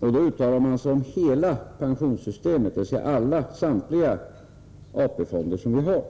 Då uttalade man sig om hela pensionssystemet, dvs. samtliga AP-fonder som vi har.